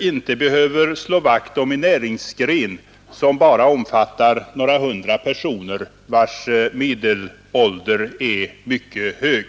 inte behöver slå vakt om en näringsgren som bara omfattar några hundra personer vilkas medelålder är mycket hög.